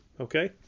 okay